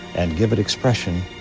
and give it expression,